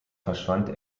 verschwand